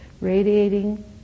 radiating